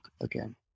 again